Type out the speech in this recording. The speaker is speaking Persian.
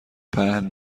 پهن